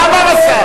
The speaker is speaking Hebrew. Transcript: מה אמר השר?